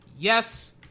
Yes